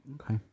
Okay